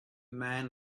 man